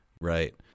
right